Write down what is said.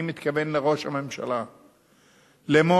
אני מתכוון לראש הממשלה לאמור,